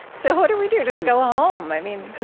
so what do we do? just go home? i mean,